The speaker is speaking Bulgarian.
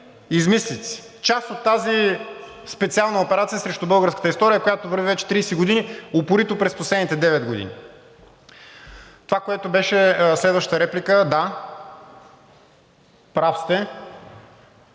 измислици, част от тази специална операция срещу българската история, която върви вече 30 години, упорито през последните девет години. Това, което беше следващата реплика – да, прав сте